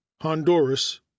Honduras